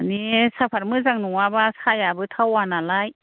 मानि सापात मोजां नङाबा साहायाबो थावानालाय